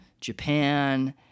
Japan